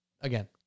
again